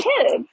kids